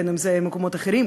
בין אם זה מקומות אחרים,